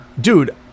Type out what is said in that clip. dude